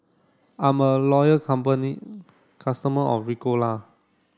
I'm a loyal company customer of Ricola